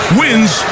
wins